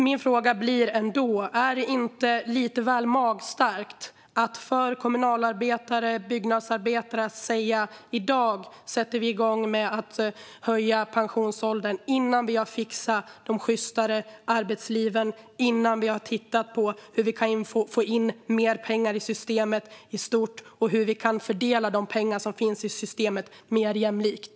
Min fråga blir ändå: Är det inte lite väl magstarkt att till kommunalarbetare och byggnadsarbetare säga att i dag sätter vi igång med att höja pensionsåldern, innan vi har fixat de sjystare arbetsliven, tittat på hur vi kan få in mer pengar i systemet i stort och hur vi kan fördela de pengar som finns i systemet mer jämlikt?